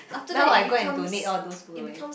now I go and donate all those book already